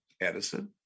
Edison